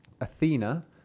Athena